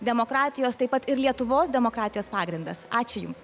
demokratijos taip pat ir lietuvos demokratijos pagrindas ačiū jums